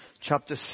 chapter